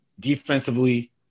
defensively